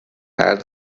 add